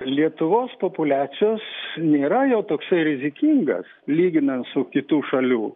lietuvos populiacijos nėra jau toks rizikingas lyginant su kitų šalių